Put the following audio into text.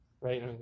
Right